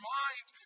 mind